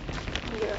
ya